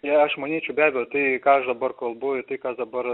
i aš manyčiau be abejo tai ką aš dabar kalbu ir tai kas dabar